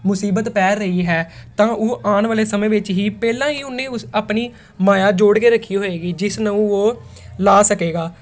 ਮੁਸੀਬਤ ਪੈ ਰਹੀ ਹੈ ਤਾਂ ਉਹ ਆਉਣ ਵਾਲੇ ਸਮੇਂ ਵਿੱਚ ਹੀ ਪਹਿਲਾਂ ਹੀ ਉਹਨੇ ਉਸ ਆਪਣੀ ਮਾਇਆ ਜੋੜ ਕੇ ਰੱਖੀ ਹੋਏਗੀ ਜਿਸ ਨੂੰ ਉਹ ਲਾ ਸਕੇਗਾ